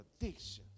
addictions